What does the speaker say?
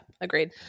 agreed